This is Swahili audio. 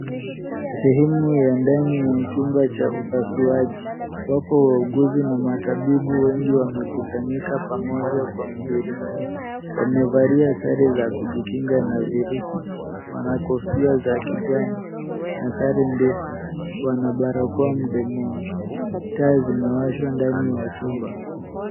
Sehemu ya ndani ya chumba cha upasuaji. Wapo wauguzi na matabibu wengi wamekusanyika pamoja kwa mviringo. Wamevalia sare za kujikinga na virusi. Wana kofia za kijani na sare ndefu. Wana barakoa mdomoni. Taa zimewashwa ndani ya chumba.